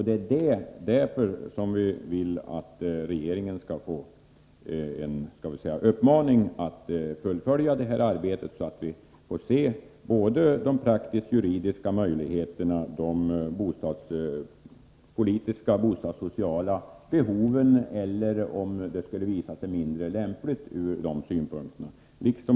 Det är därför vi vill att regeringen skall ges en uppmaning att fullfölja detta arbete och belysa både de praktiskt-juridiska möjligheterna och de bostadspolitiska-bostadssociala behoven när det gäller detta system, så att vi får se om det är lämpligt eller inte.